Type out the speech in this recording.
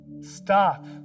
Stop